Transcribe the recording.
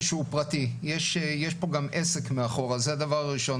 יש פה גם עסק מאחורה, זה דבר ראשון.